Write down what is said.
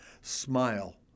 smile